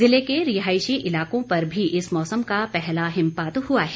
जिले के रिहायशी इलाकों पर भी इस मौसम का पहला हिमपात हुआ है